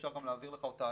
אפשר גם להעביר לך אותה,